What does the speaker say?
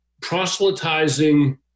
Proselytizing